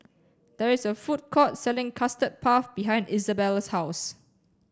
there is a food court selling custard puff behind Izabelle's house